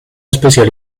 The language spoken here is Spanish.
especial